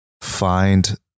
find